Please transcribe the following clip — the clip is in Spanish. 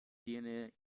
tiene